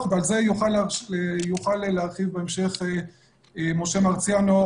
ועל זה יוכל להרחיב בהמשך משה מרציאנו,